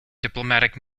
diplomatic